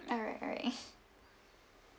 alright alright